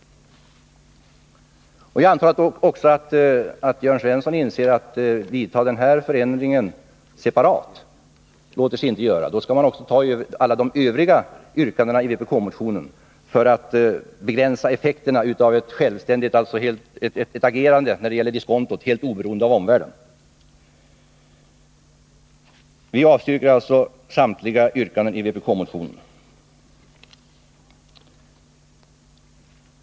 Jag antar att även Jörn Svensson inser att det inte låter sig göra att separat vidta den ifrågavarande ändringen. Då måste man också ta hänsyn till alla de övriga yrkandena i vpk-motionen och på så sätt beträffande diskontot begränsa effekterna av ett agerande helt oberoende av omvärlden. Vi avstyrker alltså samtliga yrkanden i vpk-motionen.